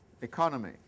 economy